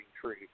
tree